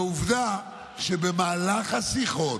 ועובדה שבמהלך השיחות,